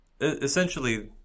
essentially